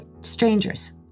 strangers